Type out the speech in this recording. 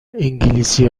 انگلیسی